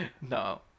No